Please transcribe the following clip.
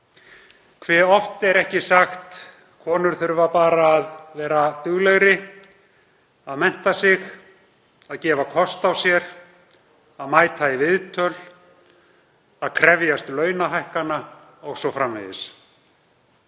Hversu oft er ekki sagt: Konur þurfa bara að vera duglegri, duglegri að mennta sig, gefa kost á sér að mæta í viðtöl, að krefjast launahækkana o.s.frv.